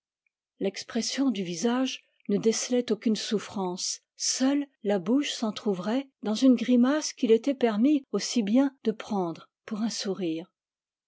l'expression du visage ne décelait aucune souffrance seule la bouche s'entr'ouvrait dans une grimace qu'il était permis aussi bien de prendre pour un sourire